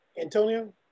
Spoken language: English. Antonio